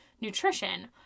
nutrition